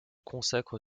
consacre